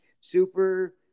Super